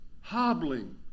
hobbling